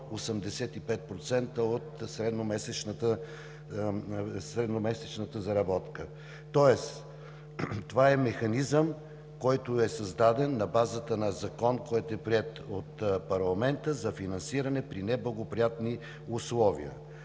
85% от средномесечната заработка. Тоест това е механизъм, който е създаден на базата на Закон, приет от парламента, за финансиране при неблагоприятни условия.